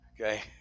Okay